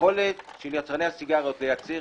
היכולת של יצרני הסיגריות לייצר